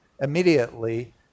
immediately